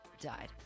died